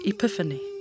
Epiphany